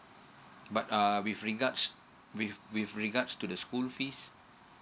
but err with regards with with regards to the school fees